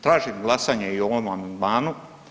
Tražim glasanje i o ovom amandmanu.